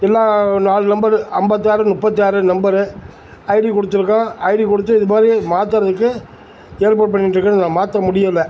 இன்னும் நாலு நம்பரு ஐம்பத்தாறு முப்பத்தாறு நம்பரு ஐடி கொடுத்துருக்கோம் ஐடி கொடுத்து இது மாதிரி மாற்றறதுக்கு ஏற்பாடு பண்ணிகிட்ருக்கேன் ஆனால் மாற்ற முடியலை